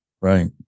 Right